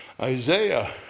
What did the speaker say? Isaiah